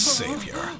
savior